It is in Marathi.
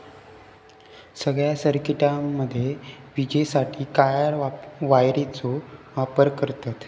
सगळ्या सर्किटामध्ये विजेसाठी काळ्या वायरचो वापर करतत